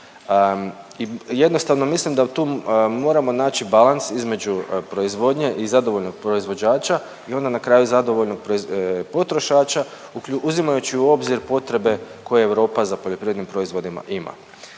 jednostavno mislim da tu moramo naći balans između proizvodnje i zadovoljnog proizvođača i onda na kraju zadovoljnog potrošača uzimajući u obzir potrebe koje Europa za poljoprivrednim proizvodima ima.